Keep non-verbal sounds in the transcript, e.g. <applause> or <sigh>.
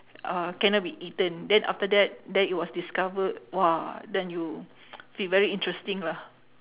uh cannot be eaten then after that then it was discovered !wah! then <noise> you feel very interesting lah